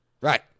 Right